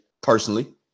personally